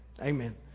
Amen